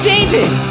David